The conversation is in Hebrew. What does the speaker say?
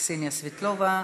אני אומר,